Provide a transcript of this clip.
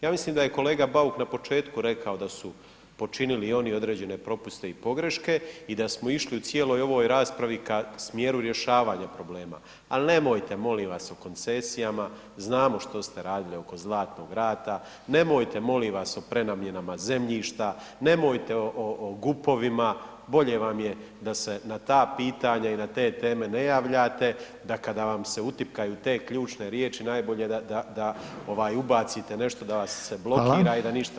Ja mislim da je kolega Bauk na početku rekao da su počinili oni određene propuste i pogreške i da smo išli u cijeloj ovoj raspravi ka smjeru rješavanja problema ali nemojte molim vas o koncesijama, znamo što ste radili oko Zlatnog rata, nemojte molim vas o prenamjenama zemljišta, nemojte o GUP-ovima, bolje vam je da se na ta pitanja i na te teme ne javljate, da kada vam se utipkaju te ključne riječi, najbolje da ubacite nešto da vas se blokira i da ništa ne govorite po tom pitanju.